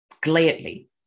gladly